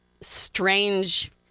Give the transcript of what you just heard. strange